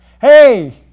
Hey